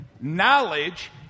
knowledge